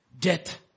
Death